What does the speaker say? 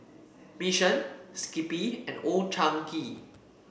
Mission Skippy and Old Chang Kee